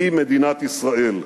היא מדינת ישראל".